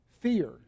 fear